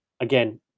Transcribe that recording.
again